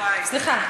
סליחה.